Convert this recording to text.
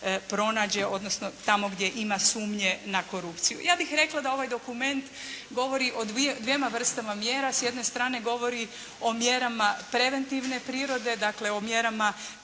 pronađe, odnosno tamo gdje ima sumnje na korupciju. Ja bih rekla da ovaj dokument govori o dvjema vrstama mjera. S jedne strane govori o mjerama preventivne prirode, dakle o mjerama